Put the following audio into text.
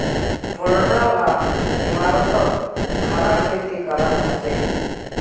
पुरना ला इमारततो खड़ा खेती कराल जाछेक